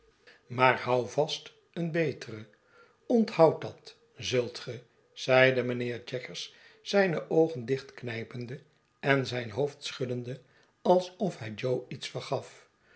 maar houvast een betere onthoud dat zult ge zeide mynheer jaggers zijne oogen dichtknijpende en zijn hoofd schuddende alsof hij jo iets vergaf